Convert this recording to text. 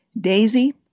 Daisy